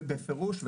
בפירוש כך.